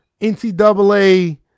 NCAA